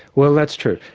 well that's true.